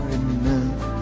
enough